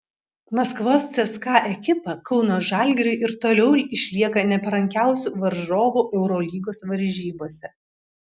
maskvos cska ekipa kauno žalgiriui ir toliau išlieka neparankiausiu varžovu eurolygos varžybose